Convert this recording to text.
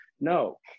No